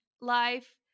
life